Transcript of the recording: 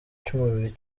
cy’umubiri